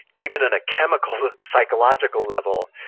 even in a chemical, psychological level,